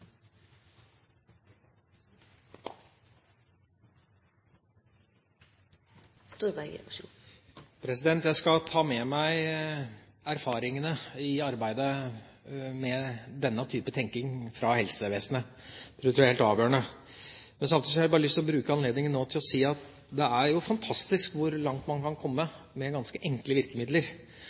Jeg skal ta med meg erfaringene i arbeidet med denne typen tenkning fra helsevesenet. Jeg tror det er helt avgjørende. Men samtidig har jeg bare lyst til å bruke anledningen nå til å si at det er fantastisk hvor langt man kan komme med ganske enkle virkemidler.